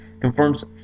confirms